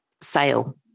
sale